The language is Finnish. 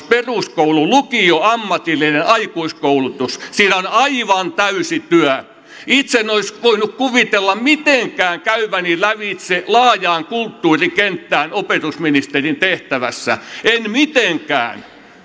peruskoulu lukio ammatillinen aikuiskoulutus on siinä aivan täysi työ itse en olisi voinut kuvitella mitenkään käyväni lävitse laajaa kulttuurikenttää opetusministerin tehtävässä en mitenkään